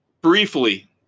Briefly